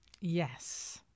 Yes